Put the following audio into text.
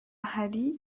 hari